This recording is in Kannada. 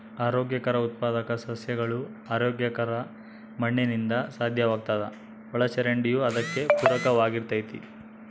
ಆರೋಗ್ಯಕರ ಉತ್ಪಾದಕ ಸಸ್ಯಗಳು ಆರೋಗ್ಯಕರ ಮಣ್ಣಿನಿಂದ ಸಾಧ್ಯವಾಗ್ತದ ಒಳಚರಂಡಿಯೂ ಅದಕ್ಕೆ ಪೂರಕವಾಗಿರ್ತತೆ